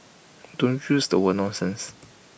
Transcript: don't use the word nonsense